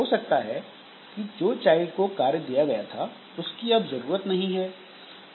हो सकता है कि जो चाइल्ड को कार्य दिया गया था उसकी अब जरूरत नहीं है